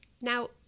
Now